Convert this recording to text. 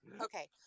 Okay